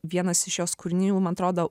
vienas iš jos kūrinių man atrodo